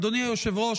אדוני היושב-ראש,